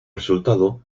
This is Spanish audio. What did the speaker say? resultado